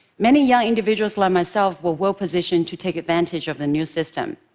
many young individuals like myself were well-positioned to take advantage of the new system.